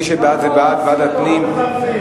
מי שבעד, זה בעד ועדת הפנים.